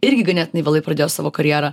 irgi ganėtinai vėlai pradėjo savo karjerą